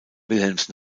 wilhelms